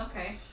Okay